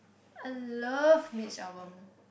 I love Mitch-Albom